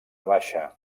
baixa